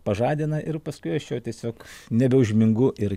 pažadina ir paskui aš jau tiesiog nebeužmingu ir